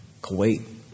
Kuwait